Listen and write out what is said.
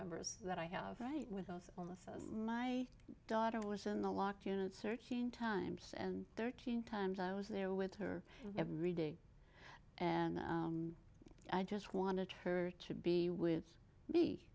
members that i have right with us on the side my daughter was in the locked units are keen times and thirteen times i was there with her every day and i just wanted her to be with be